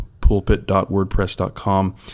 pulpit.wordpress.com